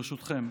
ברשותכם,